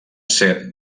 ser